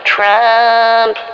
Trump